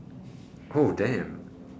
oh damn